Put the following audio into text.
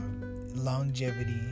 longevity